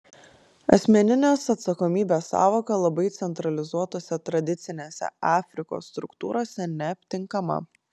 asmeninės atsakomybės sąvoka labai centralizuotose tradicinėse afrikos struktūrose neaptinkama